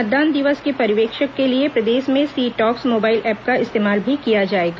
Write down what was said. मतदान दिवस के पर्यवेक्षण के लिए प्रदेश में सी टॉप्स मोबाइल ऐप का इस्तेमाल भी किया जाएगा